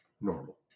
normal